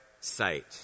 sight